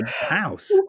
house